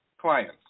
clients